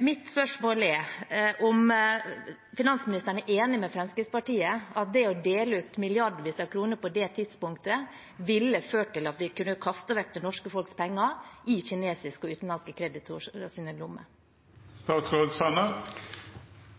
Mitt spørsmål er om finansministeren er enig med Fremskrittspartiet i at det å dele ut milliarder av kroner på det tidspunktet ville ført til at vi kunne ha kastet vekk det norske folks penger i kinesiske og utenlandske kreditorers lommer.